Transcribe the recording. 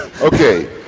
Okay